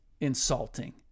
insulting